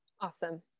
Awesome